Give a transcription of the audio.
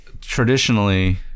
traditionally